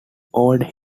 old